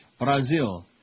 Brazil